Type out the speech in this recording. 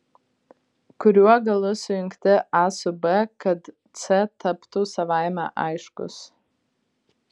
kuriuo galu sujungti a su b kad c taptų savaime aiškus